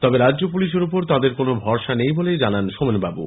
তবে রাজ্য পুলিশের ওপর তাঁদের কোন ভরসা নেই বলেও জানান সোমেনবাবু